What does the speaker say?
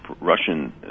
Russian